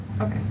okay